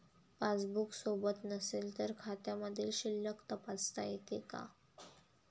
Passbook सोबत नसेल तर खात्यामधील शिल्लक तपासता येते का?